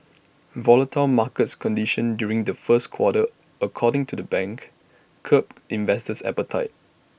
volatile markets conditions during the first quarter according to the bank curbed investors appetite